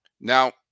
Now